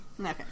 Okay